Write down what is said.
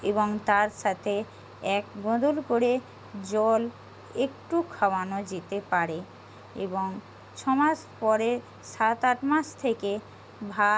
এবং তার সাথে এক বোতল করে জল একটু খাওয়ানো যেতে পারে এবং ছমাস পরে সাত আট মাস থেকে ভাত